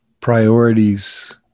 priorities